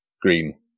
green